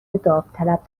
داوطلب